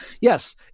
Yes